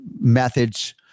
methods